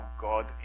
God